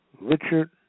Richard